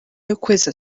y’ukwezi